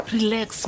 Relax